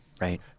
right